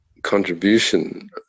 contribution